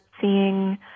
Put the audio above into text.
seeing